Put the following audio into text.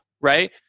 right